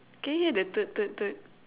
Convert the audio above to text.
can you hear the toot toot toot